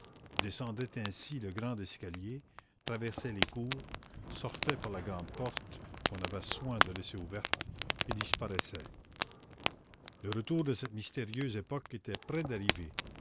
descendait ainsi le grand escalier traversait les cours sortait par la grande porte qu'on avait soin de laisser ouverte et disparaissait le retour de cette mystérieuse époque était près d'arriver